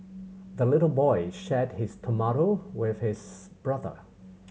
the little boy shared his tomato with his brother